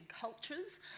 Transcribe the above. Cultures